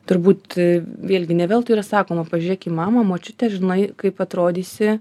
turbūt vėlgi ne veltui yra sakoma pažiūrėk į mamą močiutę žinai kaip atrodysi